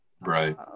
Right